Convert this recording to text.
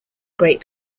great